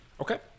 okay